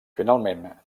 finalment